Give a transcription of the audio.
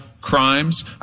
crimes